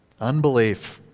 Unbelief